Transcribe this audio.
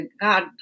God